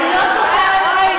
אוי,